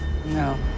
No